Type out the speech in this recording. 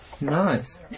Nice